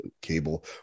Cable